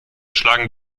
schlagen